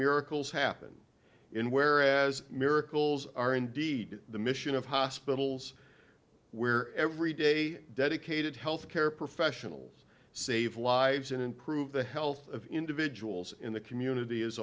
miracles happen in whereas miracles are indeed the mission of hospitals where every day dedicated health care professionals save lives and improve the health of individuals in the community as